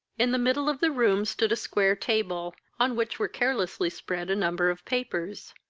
in the middle of the room stood a square table, on which were carelessly spread a number of papers.